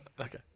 Okay